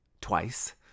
Twice